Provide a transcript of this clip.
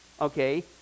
okay